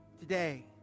today